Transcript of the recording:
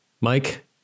Mike